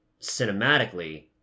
cinematically